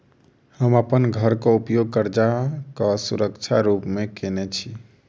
हम अप्पन घरक उपयोग करजाक सुरक्षा रूप मेँ केने छी